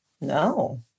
No